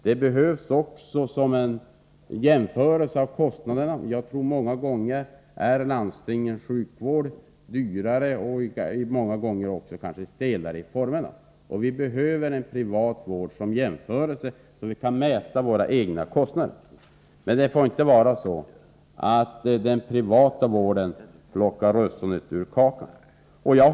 Den behövs också för att man skall kunna jämföra kostnaderna. Jag tror att landstingens sjukvård många gånger är dyrare och kanske också stelare i formerna. Vi behöver en privat vård som jämförelse, så att vi kan mäta våra egna kostnader. Det får emellertid inte vara så, att den privata vården plockar russinen ur kakan.